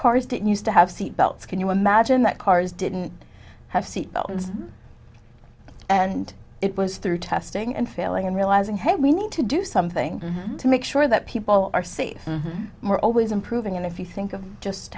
cars didn't used to have seat belts can you imagine that cars didn't have seat belts and it was through testing and failing and realizing hey we need to do something to make sure that people are safe more always improving and if you think of just